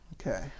okay